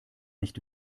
nicht